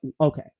okay